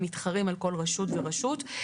הם מתחרים על כל רשות ורשות.